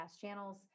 channels